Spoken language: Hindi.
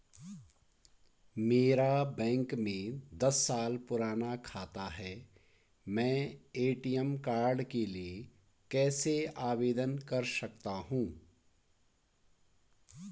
मेरा बैंक में दस साल पुराना खाता है मैं ए.टी.एम कार्ड के लिए कैसे आवेदन कर सकता हूँ?